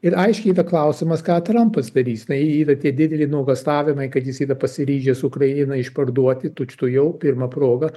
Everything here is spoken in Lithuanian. ir aiškiai yra klausimas ką trampas darys tai yra tie dideli nuogąstavimai kad jis yra pasiryžęs ukrainą išparduoti tučtuojau pirma proga